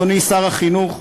אדוני שר החינוך,